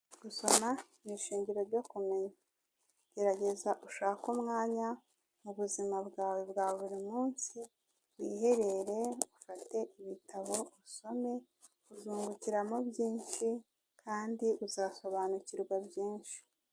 Gusoma ni ishingiro ryo kumenya, gerageza ushake umwanya mu buzima bwawe bwa buri munsi wiherere ufate ibitabo usome, uzungukiramo byinshi kandi uzasobanukirwa byinshi.